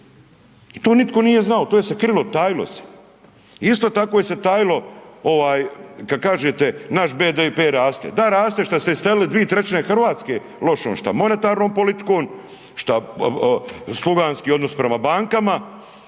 i to nitko nije znao, to je se krilo, tajilo se. Isto tako je se tajilo ovaj kad kažete naš BDP raste, da raste šta ste iselili 2/3 RH lošom šta monetarnom politikom, šta sluganski odnos prema bankama,